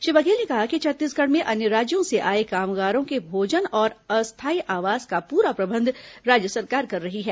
श्री बघेल ने कहा कि छत्तीसगढ़ में अन्य राज्यों से आए कामगारों के भोजन और अस्थायी आवास का पूरा प्रबंध राज्य सरकार कर रही है